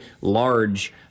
large